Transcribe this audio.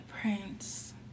prince